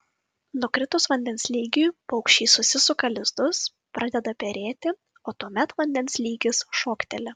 nukritus vandens lygiui paukščiai susisuka lizdus pradeda perėti o tuomet vandens lygis šokteli